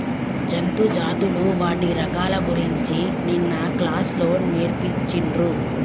జంతు జాతులు వాటి రకాల గురించి నిన్న క్లాస్ లో నేర్పిచిన్రు